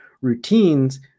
routines